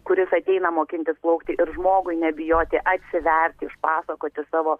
kuris ateina mokintis plaukti ir žmogui nebijoti atsiverti pasakoti savo